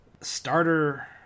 starter